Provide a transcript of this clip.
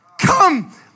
come